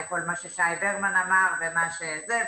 לכל מה ששי ברמן אמר ומה שזה,